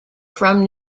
from